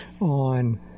on